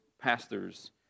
pastors